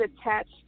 attached